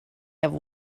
have